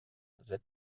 zet